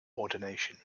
ordination